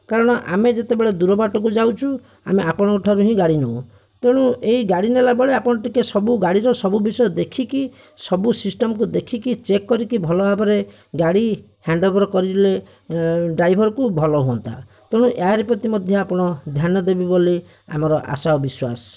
କାରଣ ଆମେ ଯେତେବେଳେ ଦୂର ବାଟକୁ ଯାଉଛୁ ଆମେ ଆପଣଙ୍କଠାରୁ ହିଁ ଗାଡ଼ି ନେଉ ତେଣୁ ଏହି ଗାଡ଼ି ନେଲାବେଳେ ଆପଣ ଟିକିଏ ସବୁ ଗାଡ଼ିର ସବୁ ବିଷୟ ଦେଖିକି ସବୁ ସିଷ୍ଟମକୁ ଦେଖିକି ଚେକ୍ କରିକି ଭଲଭାବରେ ଗାଡ଼ି ହ୍ୟାଣ୍ଡଓଭର କରିଲେ ଡ୍ରାଇଭରକୁ ଭଲ ହୁଅନ୍ତା ତେଣୁ ଏହାରି ପ୍ରତି ମଧ୍ୟ ଆପଣ ଧ୍ୟାନ ଦେବେ ବୋଲି ଆମର ଆଶା ଓ ବିଶ୍ୱାସ